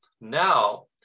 Now